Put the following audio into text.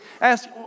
ask